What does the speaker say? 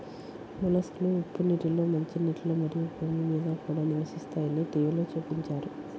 మొలస్క్లు ఉప్పు నీటిలో, మంచినీటిలో, మరియు భూమి మీద కూడా నివసిస్తాయని టీవిలో చూపించారు